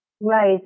Right